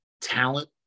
talent